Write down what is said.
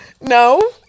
no